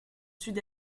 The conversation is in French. sud